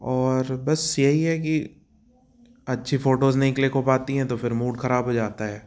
और बस यही है कि अच्छी फ़ोटोज़ नहीं क्लिक हो पाती है तो फिर मूड ख़राब हो जाता है